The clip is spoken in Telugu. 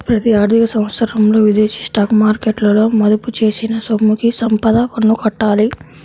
ప్రతి ఆర్థిక సంవత్సరంలో విదేశీ స్టాక్ మార్కెట్లలో మదుపు చేసిన సొమ్ముకి సంపద పన్ను కట్టాలి